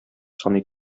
саный